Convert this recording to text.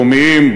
לאומיים,